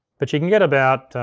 but you can get about